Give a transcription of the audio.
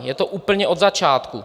Je to úplně od začátku.